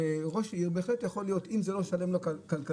ראש עיר בהחלט יכול להיות שאם זה לא ישתלם לו כלכלית,